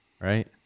right